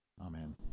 Amen